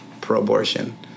pro-abortion